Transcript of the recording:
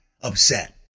upset